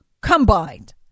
combined